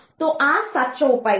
તો આ સાચો ઉપાય છે